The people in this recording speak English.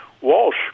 Walsh